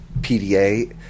PDA